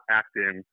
acting